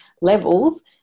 levels